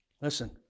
listen